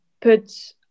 put